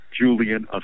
Julian